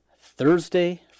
Thursday